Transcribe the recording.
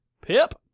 Pip